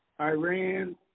Iran